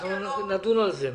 אנחנו נדון על זה.